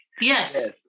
Yes